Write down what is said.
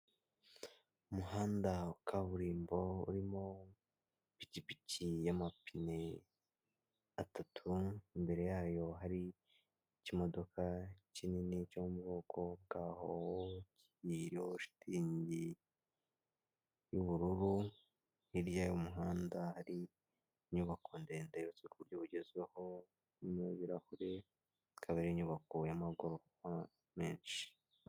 Umuhanda wa kaburimbo urimo ipikipiki y'amapine atatu imbere yayo hari ikimodoka kinini cyo muko bwahoho iriho shitingi y'ubururu hirya y'umuhanda hari inyubako ndende yubatswe ku buryo bugezweho mu birarahure ikaba ari inyubako y'amagorofa menshi.